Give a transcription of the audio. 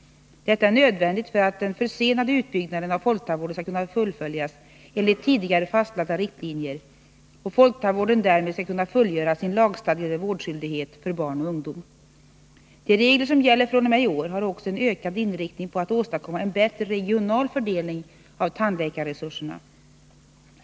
Detta är nödvändigt för att den försenade utbyggnaden av folktandvården skall kunna fullföljas enligt tidigare fastlagda riktlinjer och folktandvården därmed skall kunna fullgöra sin lagstadgade vårdskyldighet för barn och ungdom. De regler som gäller fr.o.m. i år har också en ökad inriktning på att åstadkomma en bättre regional fördelning av tandläkarresurserna.